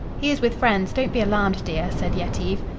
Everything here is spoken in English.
he is with friends. don't be alarmed, dear, said yetive.